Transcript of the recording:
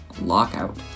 lockout